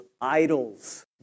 idols